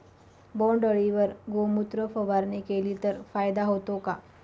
बोंडअळीवर गोमूत्र फवारणी केली तर फायदा होतो का?